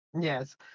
yes